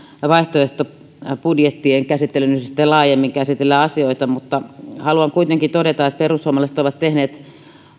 vaihtoehtobudjettien käsittelyn yhteydessä laajemmin käsitellä asioita mutta haluan kuitenkin todeta että perussuomalaiset ovat tehneet